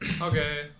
Okay